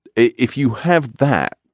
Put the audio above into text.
if you have that,